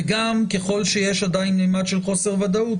וגם ככל שיש עדיין ממד של חוסר ודאות,